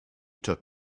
took